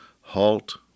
halt